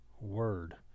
word